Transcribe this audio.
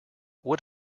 what